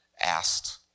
asked